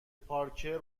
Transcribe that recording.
پارکر